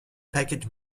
package